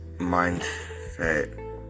Mindset